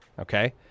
okay